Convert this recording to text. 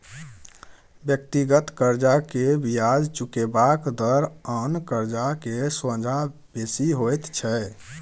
व्यक्तिगत कर्जा के बियाज चुकेबाक दर आन कर्जा के सोंझा बेसी होइत छै